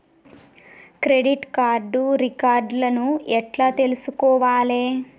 Credit card reward లను ఎట్ల తెలుసుకోవాలే?